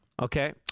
Okay